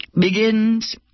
begins